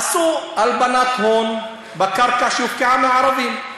עשו הלבנת הון בקרקע שהופקעה מערבים,